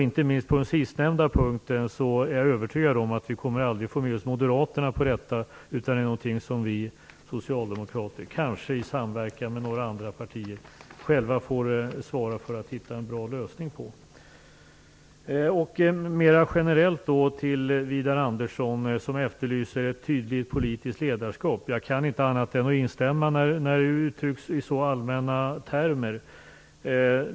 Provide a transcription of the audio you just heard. Inte minst på den sistnämnda punkten är jag övertygad om att vi aldrig kommer att få med oss moderaterna. Det är i stället någonting som vi socialdemokrater, kanske i samverkan med andra partier, själva får hitta en bra lösning på. Mera generellt vill jag till Widar Andersson, som efterlyser ett tydligt politiskt ledarskap, säga: Jag kan inte annat än instämma när det uttrycks i så allmänna termer.